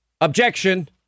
Objection